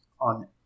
on